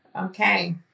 Okay